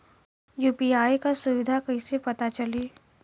UPI क सुविधा कैसे पता चली?